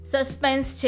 Suspense